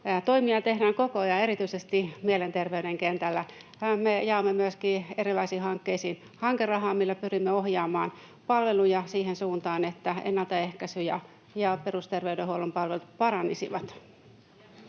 Toimia tehdään koko ajan erityisesti mielenterveyden kentällä. Me jaoimme myöskin erilaisiin hankkeisiin hankerahaa, millä pyrimme ohjaamaan palveluja siihen suuntaan, että ennaltaehkäisy ja perusterveydenhuollon palvelut paranisivat.